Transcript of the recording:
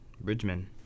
Bridgman